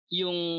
yung